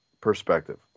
perspective